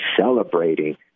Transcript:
celebrating